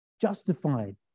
justified